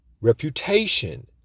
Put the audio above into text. reputation